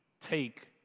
take